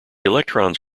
electrons